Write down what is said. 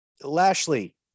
Lashley